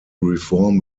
reform